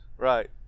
Right